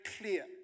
clear